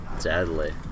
Deadly